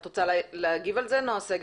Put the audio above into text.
את רוצה להגיב על זה, נעה סגל?